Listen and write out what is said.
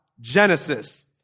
Genesis